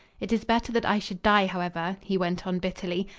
it is better that i should die, however, he went on bitterly.